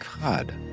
God